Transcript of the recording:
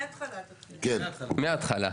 כן, מההתחלה.